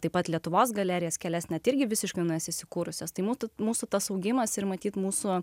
taip pat lietuvos galerijos kelias net irgi visiškai naujas įsikūrusias tai būtų mūsų tas augimas ir matyt mūsų